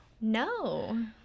No